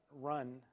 run